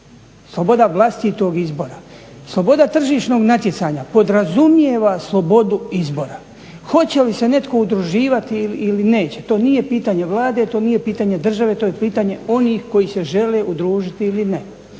sloboda vlastitog izbora. Sloboda tržišnog natjecanja podrazumijeva slobodu izbora. Hoće li se netko udruživati ili neće to nije pitanje Vlade, to nije pitanje države, to je pitanje onih koji se žele udružiti ili ne.